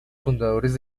fundadores